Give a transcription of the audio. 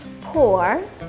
pour